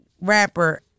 rapper